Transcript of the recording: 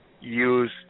use